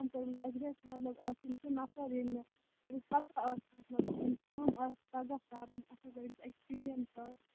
اَسہِ گَژھِ مَطلَب آسُن سُہ نفر ییٚمِس پَتہ آسہِ ییٚمِس کٲم آسہِ تَگان کَرٕنۍ اصٕل پٲٹھۍ ییٚمِس ایٚکٕسپیٖریَنٕس آسہِ